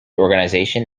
organization